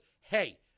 hey